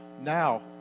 Now